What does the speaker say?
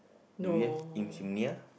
do you have insomnia